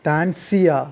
Tanzia